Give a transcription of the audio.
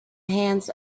hands